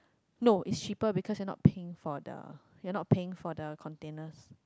no it's cheaper because you are not paying for the you are not paying for the containers